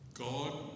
God